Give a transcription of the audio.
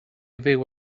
fyw